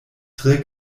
tre